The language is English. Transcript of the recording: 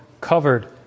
covered